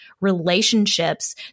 relationships